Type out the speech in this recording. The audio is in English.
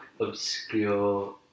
obscure